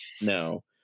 no